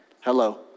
Hello